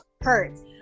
hurts